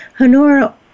Honora